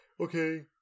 okay